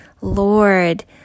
Lord